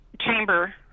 chamber